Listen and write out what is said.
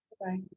Bye